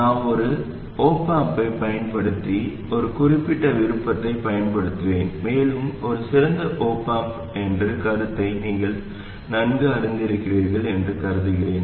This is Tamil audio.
நான் ஒரு op amp ஐப் பயன்படுத்தி ஒரு குறிப்பிட்ட விருப்பத்தைப் பயன்படுத்துவேன் மேலும் ஒரு சிறந்த op amp என்ற கருத்தை நீங்கள் நன்கு அறிந்திருக்கிறீர்கள் என்று கருதுகிறேன்